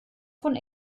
von